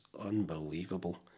unbelievable